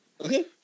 Okay